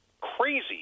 crazy